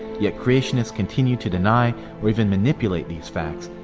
yet creationists continue to deny or even manipulate these facts,